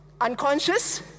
unconscious